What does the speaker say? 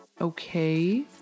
okay